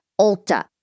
Ulta